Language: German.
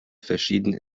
verschieden